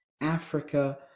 Africa